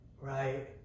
Right